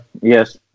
Yes